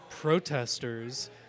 protesters